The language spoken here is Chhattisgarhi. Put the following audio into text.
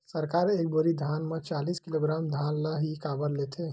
सरकार एक बोरी धान म चालीस किलोग्राम धान ल ही काबर लेथे?